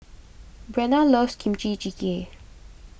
Brenna loves Kimchi Jjigae